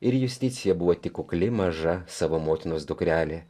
ir justicija buvo tik kukli maža savo motinos dukrelė